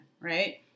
right